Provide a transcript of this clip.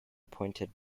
appointed